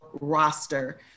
roster